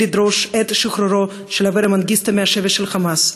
לדרוש את שחרורו של אברה מנגיסטו משבי ה"חמאס".